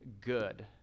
good